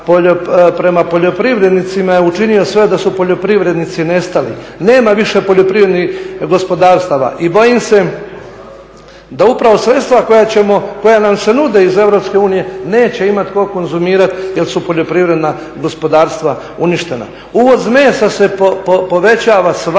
Uvoz mesa se povećava svake